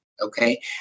okay